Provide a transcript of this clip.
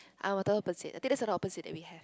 I wanted opposite I think that's the opposite that we have